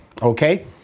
Okay